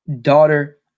daughter